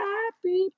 Happy